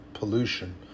pollution